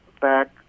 back